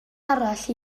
arall